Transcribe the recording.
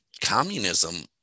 communism